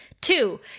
Two